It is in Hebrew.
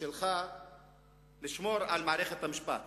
שלך לשמור על מערכת המשפט.